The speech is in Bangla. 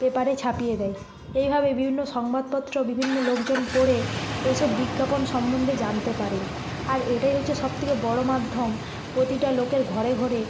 পেপারে ছাপিয়ে দেয় এইভাবেই বিভিন্ন সংবাদপত্র বিভিন্ন লোকজন পড়ে এই সব বিজ্ঞাপন সম্বন্ধে জানতে পারে আর এটাই হচ্ছে সব থেকে বড় মাধ্যম প্রতিটা লোকের ঘরে ঘরে